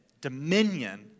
dominion